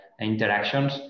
interactions